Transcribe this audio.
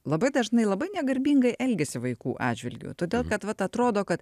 labai dažnai labai negarbingai elgiasi vaikų atžvilgiu todėl kad vat atrodo kad